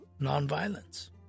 nonviolence